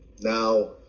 now